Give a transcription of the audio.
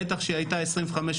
בטח כשהיא הייתה 25,200,